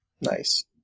Nice